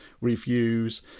reviews